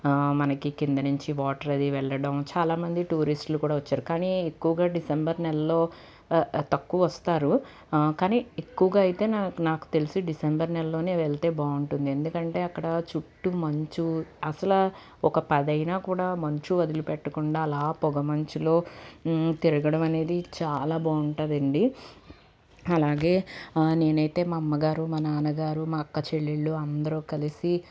మనకి కింద నుంచి వాటర్ అది వెళ్లడం చాలామంది టూరిస్ట్లు కూడా వచ్చారు కానీ ఎక్కువగా డిసెంబర్ నెలలో తక్కువ వస్తారు కానీ ఎక్కువగా అయితే నాకునాకు తెలిసి డిసెంబర్ నెలలోనే వెళ్తే బాగుంటుంది ఎందుకంటే అక్కడ చుట్టూ మంచు అసలా ఒక పది అయినా కూడా మంచు వదిలిపెట్టకుండా అలా పొగ మంచులో తిరగడం అనేది చాలా బాగుంటదండి అలాగే నేనైతే మా అమ్మగారు మా నాన్నగారు మా అక్క చెల్లెలు అందరూ కలసి